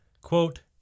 Quote